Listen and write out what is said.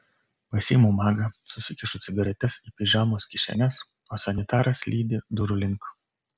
pasiimu magą susikišu cigaretes į pižamos kišenes o sanitaras lydi durų link